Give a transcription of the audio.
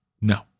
No